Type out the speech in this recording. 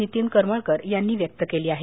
नितीन करमळकर यांनी व्यक्त केली आहे